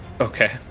Okay